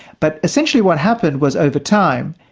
but essentially what happened was over time,